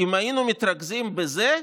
אם היינו מתרכזים בזה,